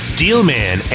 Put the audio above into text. Steelman